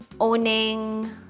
owning